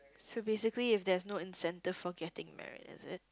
so basically if there's no incentive for getting married is it